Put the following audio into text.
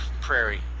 prairie